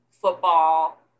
football